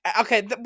Okay